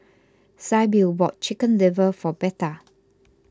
Sybil bought Chicken Liver for Betha